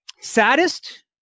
saddest